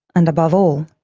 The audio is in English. and above all,